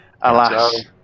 Alas